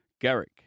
Garrick